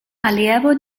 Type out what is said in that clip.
allievo